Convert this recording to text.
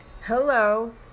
hello